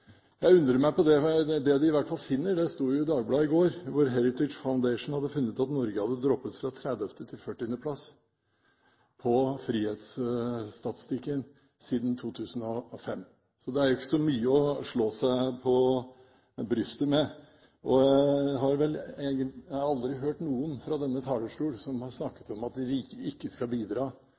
Jeg undrer meg over det. Det de i hvert fall finner, sto det om i Dagbladet i går: Heritage Foundation hadde funnet ut at Norge hadde droppet fra 30. til 40. plass på frihetsstatistikken – siden 2005. Så det er ikke så mye å slå seg på brystet med. Jeg har aldri hørt noen som fra denne talerstolen har snakket om at de rike ikke skal bidra,